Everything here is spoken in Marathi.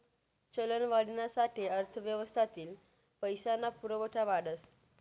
चलनवाढीना साठे अर्थव्यवस्थातील पैसा ना पुरवठा वाढस